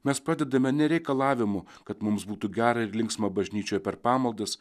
mes pradedame ne reikalavimu kad mums būtų gera ir linksma bažnyčioj per pamaldas